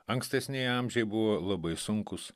ankstesnieji amžiai buvo labai sunkūs